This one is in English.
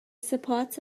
supports